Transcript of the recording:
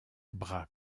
bras